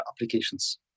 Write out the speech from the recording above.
applications